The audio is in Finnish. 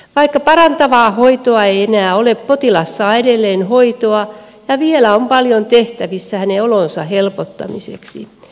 vaikka parantavaa hoitoa ei enää ole potilas saa edelleen hoitoa ja vielä on paljon tehtä vissä hänen olonsa helpottamiseksi